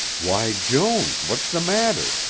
why, joan, what's the matter?